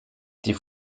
die